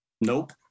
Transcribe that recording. Nope